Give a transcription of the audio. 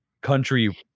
country